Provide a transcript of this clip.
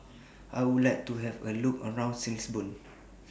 I Would like to Have A Look around Lisbon